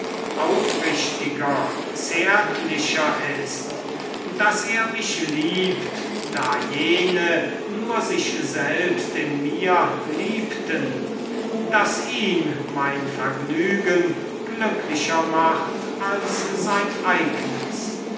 aufrichtiger zärtlicher ist daß er mich liebet da jene nur sich selbst in mir liebten daß ihn mein vergnügen glücklicher macht als sein eignes